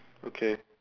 okay